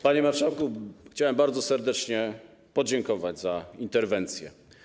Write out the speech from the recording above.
Panie marszałku, chciałem bardzo serdecznie podziękować za interwencję.